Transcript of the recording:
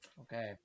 Okay